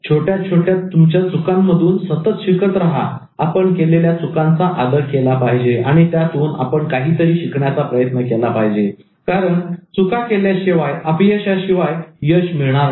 छोट्या छोट्या तुमच्या चुकांमधून सतत शिकत रहा आपण केलेल्या चुकांचा आदर केला पाहिजे आणि त्यातून आपण काहीतरी शिकण्याचा प्रयत्न केला पाहिजे कारण चुका केल्याशिवाय अपयशाशिवाय यश मिळणार नाही